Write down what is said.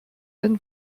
den